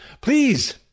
please